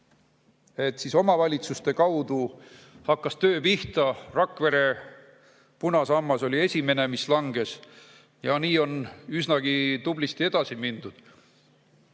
liikuma. Omavalitsuste kaudu hakkas töö pihta. Rakvere punasammas oli esimene, mis langes, ja nii on üsnagi tublisti edasi mindud.